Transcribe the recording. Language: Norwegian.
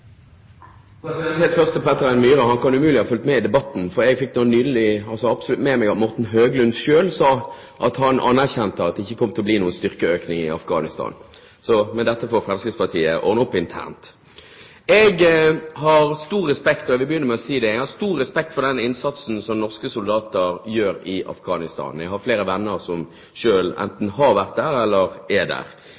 Peter N. Myhre: Han kan umulig ha fulgt med i debatten, for jeg fikk så absolutt med meg at Morten Høglund selv sa at han anerkjente at det ikke kom til å bli noen styrkeøkning i Afghanistan. Men dette får Fremskrittspartiet ordne opp i internt. Jeg vil begynne med å si at jeg har stor respekt for den innsatsen som norske soldater gjør i Afghanistan. Jeg har flere venner som selv enten